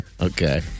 Okay